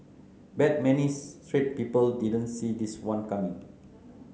bet many straight people didn't see this one coming